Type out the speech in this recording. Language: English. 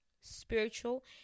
spiritual